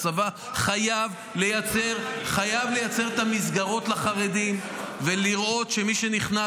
הצבא חייב לייצר את המסגרות לחרדים ולראות שמי שנכנס